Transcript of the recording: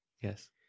Yes